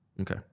Okay